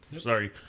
Sorry